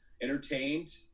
entertained